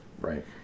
Right